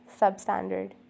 substandard